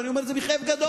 ואני אומר את זה בכאב גדול.